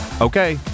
Okay